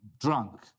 drunk